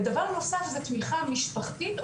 ודבר נוסף זה תמיכה משפחתית,